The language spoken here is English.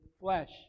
flesh